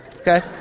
okay